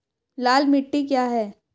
लाल मिट्टी क्या है?